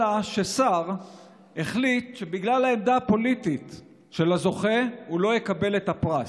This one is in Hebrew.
אלא ששר החליט שבגלל העמדה הפוליטית של הזוכה הוא לא יקבל את הפרס.